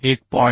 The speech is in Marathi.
1